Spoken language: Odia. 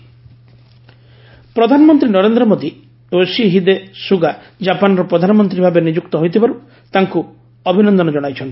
ମୋଦି ୟୋଶିହିଦେ ସୁଗା ପ୍ରଧାନମନ୍ତ୍ରୀ ନରେନ୍ଦ୍ର ମୋଦି ୟୋଶିହିଦେ ସୁଗା ଜାପାନର ପ୍ରଧାନମନ୍ତ୍ରୀ ଭାବେ ନିଯୁକ୍ତ ହୋଇଥିବାରୁ ତାଙ୍କୁ ଅଭିନନ୍ଦନ ଜଣାଇଛନ୍ତି